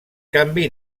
canvi